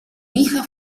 hija